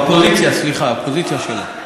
האופוזיציה, סליחה, האופוזיציה שלו.